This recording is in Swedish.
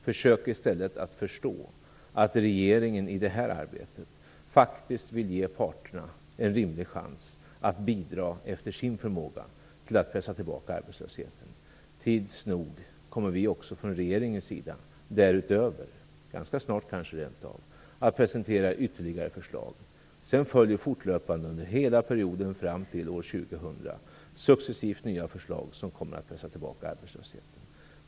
Försök i stället att förstå att regeringen i det här arbetet faktiskt vill ge parterna en rimlig chans att bidra efter sin förmåga till att pressa tillbaka arbetslösheten. Tids nog kommer vi också från regeringens sida, kanske rent av ganska snart, att presentera ytterligare förslag. Sedan följer fortlöpande under hela perioden fram till år 2000 successivt nya förslag som kommer att pressa tillbaka arbetslösheten.